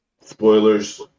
spoilers